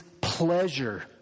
pleasure